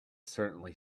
certainly